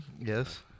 Yes